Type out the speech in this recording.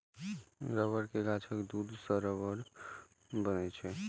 रबड़ के गाछक दूध सं रबड़ बनै छै